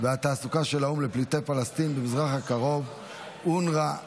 והתעסוקה של האו"ם לפליטי פלסטין במזרח הקרוב (אונר"א(,